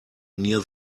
near